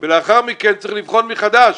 ולאחר מכן צריך לבחון מחדש.